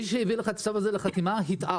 מי שהביא לך את הצו הזה לחתימה הטעה